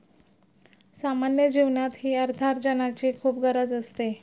सामान्य जीवनातही अर्थार्जनाची खूप गरज असते